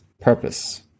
purpose